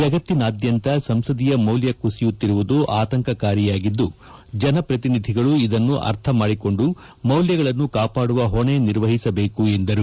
ಜಗತ್ತಿನಾದ್ಯಂತ ಸಂಸದೀಯ ಮೌಲ್ಯ ಕುಸಿಯುತ್ತಿರುವುದು ಆತಂಕಕಾರಿಯಾಗಿದ್ದು ಜನಪ್ರತಿನಿಧಿಗಳು ಇದನ್ನು ಅರ್ಥ ಮಾಡಿಕೊಂಡು ಮೌಲ್ಯಗಳನ್ನು ಕಾಪಾಡುವ ಹೊಣೆ ನಿರ್ವಹಿಸಬೇಕು ಎಂದರು